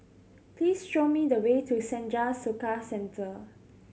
please show me the way to Senja Soka Centre